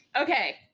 Okay